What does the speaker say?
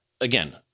Again